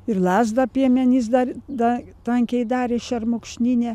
ir lazdą piemenys dar da tankiai darė šermukšninę